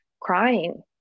crying